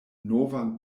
novan